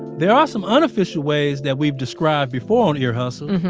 there are some unofficial ways that we've described before on ear hustle.